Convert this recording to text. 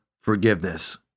forgiveness